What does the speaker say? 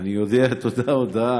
אני אודיע את אותה הודעה,